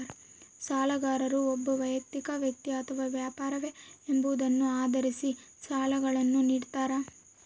ಸಾಲಗಾರರು ಒಬ್ಬ ವೈಯಕ್ತಿಕ ವ್ಯಕ್ತಿ ಅಥವಾ ವ್ಯಾಪಾರವೇ ಎಂಬುದನ್ನು ಆಧರಿಸಿ ಸಾಲಗಳನ್ನುನಿಡ್ತಾರ